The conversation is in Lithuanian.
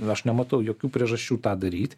aš nematau jokių priežasčių tą daryt